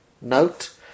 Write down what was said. note